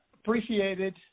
Appreciated